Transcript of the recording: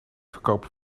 verkopen